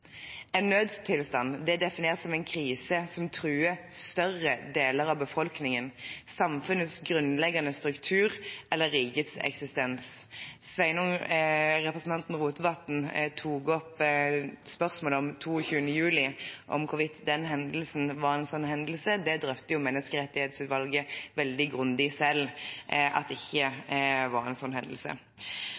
en midlertidig karakter. Nødstilstand skal her leses som en krise som truer større deler av befolkningen, samfunnets grunnleggende strukturer eller rikets eksistens.» Representanten Rotevatn tok opp spørsmålet om hvorvidt hendelsen 22. juli var en sånn hendelse. Det drøfter Menneskerettighetsutvalget veldig grundig og sier at det ikke var en sånn hendelse.